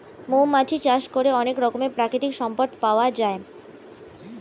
মৌমাছি চাষ করে অনেক রকমের প্রাকৃতিক সম্পদ পাওয়া যায়